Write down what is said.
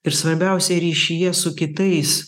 ir svarbiausia ryšyje su kitais